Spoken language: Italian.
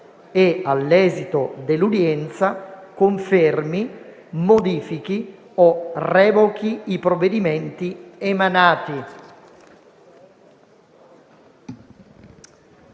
e all'esito dell'udienza, confermi, modifichi o revochi i provvedimenti emanati;